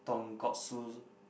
tonkotsu